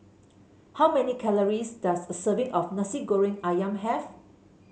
how many calories does a serving of Nasi Goreng ayam have